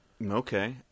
Okay